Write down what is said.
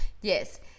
yes